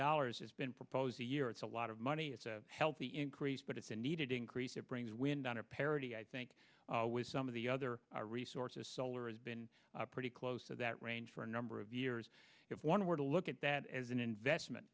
dollars it's been proposed a year it's a lot of money it's a healthy increase but it's a needed increase it brings wind on a parity i think with some of the other resources solar has been pretty close to that range for a number of years if one were to look at that as an investment